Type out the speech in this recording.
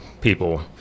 people